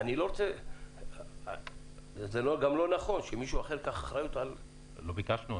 זה גם לא נכון שמישהו אחר ייקח אחריות -- גם לא ביקשנו,